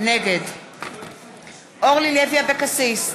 נגד אורלי לוי אבקסיס,